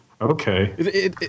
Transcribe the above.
okay